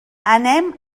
anem